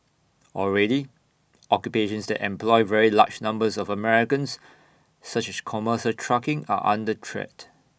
already occupations that employ very large numbers of Americans such she commercial trucking are under threat